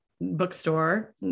bookstore